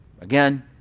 Again